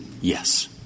yes